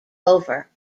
over